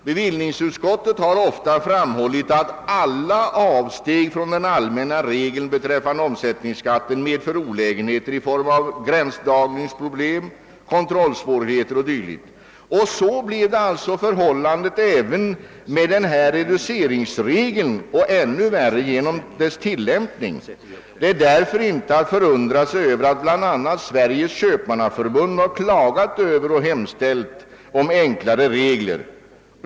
Bevillningsutskottet har ofta framhållit att alla avsteg från den allmänna regeln beträffande omsättningsskatten medför olägenheter i form äv gränsdragningsproblem, kontrollsvårigheter o. d. Så har alltså blivit förhållandet även med denna reduceringsregel och i än högre grad genom dess tillämpning. Det är därför inte att förundra sig över att bl.a. Sveriges köpmannaförbund klagat över förhållandena och hemställt om enklare regler.